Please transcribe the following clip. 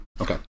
Okay